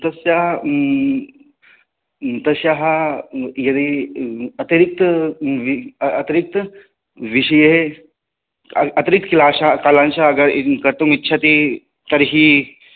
तस्याः तस्याः यदि अतिरिक्त अतिरिक्तविषये अतिरिक्त् क्लाशा कालांशाः अगर् कर्तुं इच्छति तर्हि